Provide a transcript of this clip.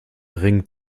ring